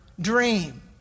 dream